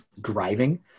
driving